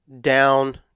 down